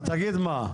אז תגיד מה.